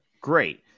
great